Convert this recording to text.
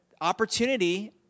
opportunity